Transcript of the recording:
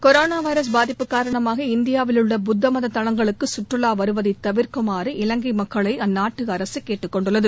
corona virus பாதிப்பு காரணமாக இந்தியாவில் உள்ள புத்த மத தலங்களுக்கு சுற்றுலா வருவதை தவிர்க்குமாறு இலங்கை மக்களை அந்நாட்டு அரசு கேட்டுக்கொண்டுள்ளது